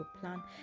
plan